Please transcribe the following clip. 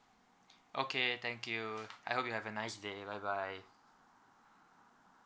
okay thank you I hope you have a nice day bye bye